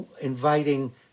inviting